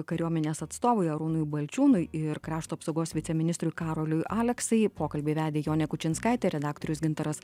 kariuomenės atstovui arūnui balčiūnui ir krašto apsaugos viceministrui karoliui aleksai pokalbį vedė jonė kučinskaitė redaktorius gintaras